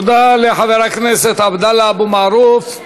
תודה לחבר הכנסת עבדאללה אבו מערוף.